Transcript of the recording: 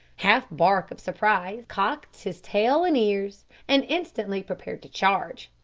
half bark of surprise, cocked his tail and ears, and instantly prepared to charge,